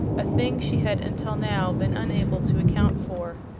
a thing she had until now been unable to account for.